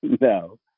No